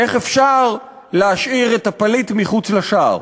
איך אפשר להשאיר את הפליט מחוץ לשער?